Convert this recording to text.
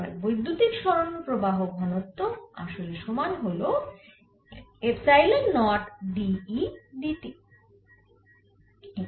এবার বৈদ্যুতিক সরণ প্রবাহ ঘনত্ব আসলে সমান হল epsilon naught d E dt